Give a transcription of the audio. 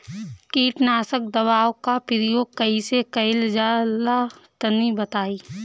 कीटनाशक दवाओं का प्रयोग कईसे कइल जा ला तनि बताई?